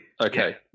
Okay